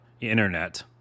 internet